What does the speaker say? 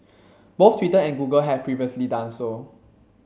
both Twitter and Google have previously done so